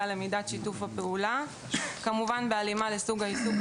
למידת שיתוף הפעולה - כמובן בהלימה לסוג העיסוק,